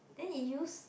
then he use